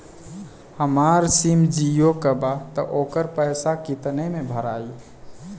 हमार सिम जीओ का बा त ओकर पैसा कितना मे भराई?